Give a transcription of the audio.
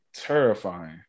Terrifying